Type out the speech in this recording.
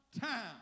time